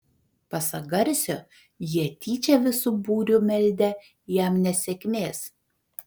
pasak garsio jie tyčia visu būriu meldę jam nesėkmės